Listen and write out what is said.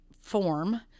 form